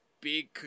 big